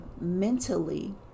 mentally